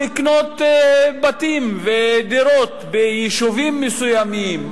לקנות בתים ודירות ביישובים מסוימים,